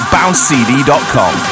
BounceCD.com